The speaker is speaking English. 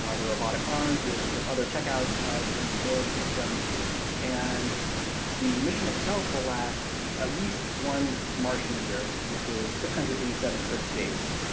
ah the robotic arm, do a bunch of other checkouts of the mobility system and the mission itself will last at least one martian year which is six hundred and eighty seven earth days.